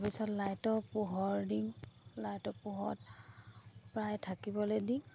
তাৰপিছত লাইটৰ পোহৰ দিং লাইটৰ পোহৰত প্ৰায় থাকিবলে দি